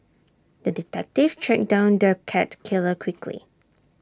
the detective tracked down the cat killer quickly